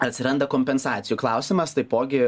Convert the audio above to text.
atsiranda kompensacijų klausimas taipogi